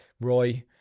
Roy